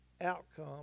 outcome